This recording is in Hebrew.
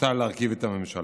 הוטל להרכיב את הממשלה.